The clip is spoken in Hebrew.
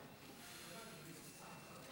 שאמורים לשאול את השאילתות הבאות,